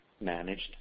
managed